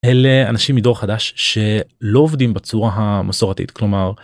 אלה אנשים מדור חדש שלא עובדים בצורה המסורתית כלומר.